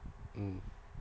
mm